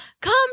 Come